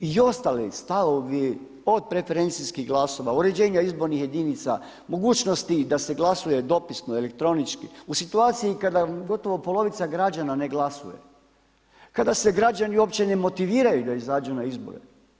I ostali stavovi od preferencijskih glasova, uređenja izbornih jedinica, mogućnosti da se glasuje dopisno, elektronički, u situaciji kada gotovo polovica građana ne glasuje, kada se građani uopće ne motiviraju da izađu na izbore.